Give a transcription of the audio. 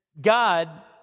God